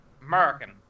American